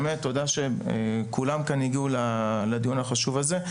אני מודה לכל מי שהגיע כדי להשתתף בדיון החשוב הזה.